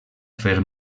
fer